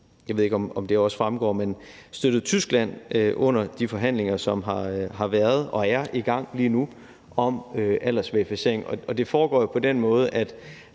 jeg ved ikke, om det også fremgår – støttet Tyskland under de forhandlinger, som har været og er i gang lige nu, om aldersverificering. Og det foregår jo på den måde, at